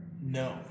No